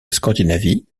scandinavie